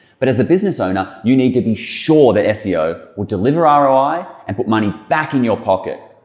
but as a business owner you need to be sure that seo will deliver um roi and put money back in your pocket.